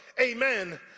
amen